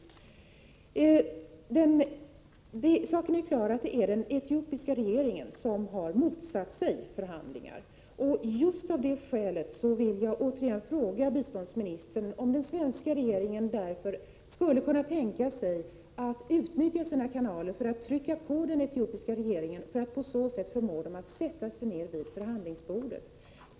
Det råder inget tvivel om att det är den etiopiska regeringen som har motsatt sig förhandlingar. Av det skälet vill jag återigen fråga biståndsministern om den svenska regeringen skulle kunna tänka sig att utnyttja sina kanaler och utöva påtryckningar på den etiopiska regeringen för att förmå den att sätta sig ned vid förhandlingsbordet.